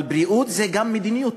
אבל בריאות זה גם מדיניות,